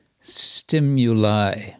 stimuli